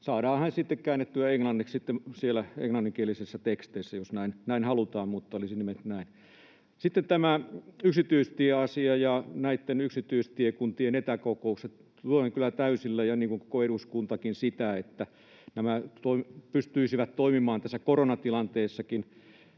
ne sitten käännettyä englanniksi siellä englanninkielisissä teksteissä, jos näin halutaan. Sitten tämä yksityistieasia ja näitten yksityistiekuntien etäkokoukset: Tuen kyllä täysillä, niin kuin koko eduskuntakin, sitä, että nämä pystyisivät toimimaan tässä koronatilanteessakin